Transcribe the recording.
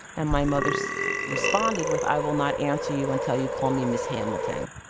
and my mother so responded with, i will not answer you until you call me miss hamilton